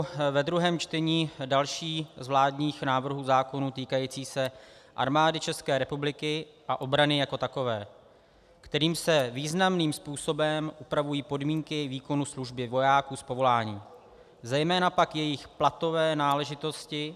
Máme před sebou ve druhém čtení další z vládních návrhů zákonů týkajících se Armády České republiky a obrany jako takové, kterým se významným způsobem upravují podmínky výkonu služby vojáků z povolání, zejména pak jejich platové náležitosti.